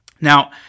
Now